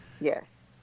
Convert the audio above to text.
yes